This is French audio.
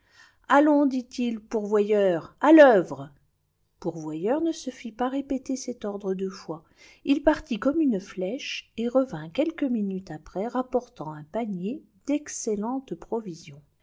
allons dit-il pourvoyeur à l'œuvre pourvoyeur ne se fit pas répéter cet ordre deux fois il partit comme une flèche et revint quelques minutes après rapportant un panier rempli d'excellentes provisions